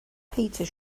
peter